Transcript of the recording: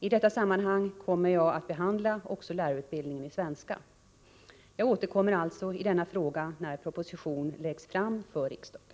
I detta sammanhang kommer jag att behandla också lärarutbildningen i svenska. Jag återkommer alltså i denna fråga när propositionen läggs fram för riksdagen.